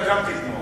אתה גם תתמוך.